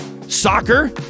soccer